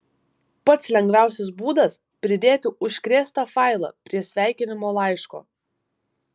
pats lengviausias būdas pridėti užkrėstą failą prie sveikinimo laiško